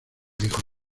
dijo